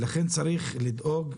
לכן צריך לדאוג,